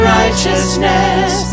righteousness